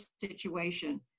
situation